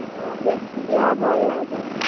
ହଁ ବେଶୀ ଦେହ ଭଲ ନାହିଁ ତ